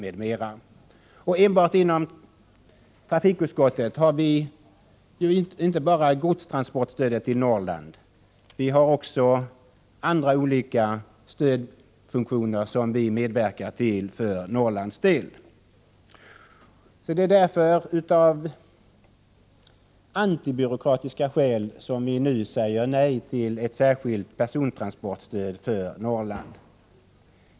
Enbart inom trafikutskottets område har vi ju inte bara godstransportstödet till Norrland utan också olika andra stödfunktioner som vi har medverkat till för Norrlands del. Det är därför av antibyråkratiska skäl vi nu säger nej till ett särskilt persontransportstöd för Norrland.